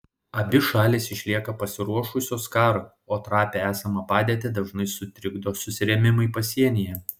abi šalys išlieka pasiruošusios karui o trapią esamą padėtį dažnai sutrikdo susirėmimai pasienyje